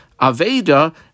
Aveda